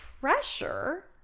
pressure